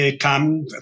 Come